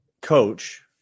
coach